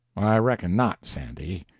i reckon not, sandy.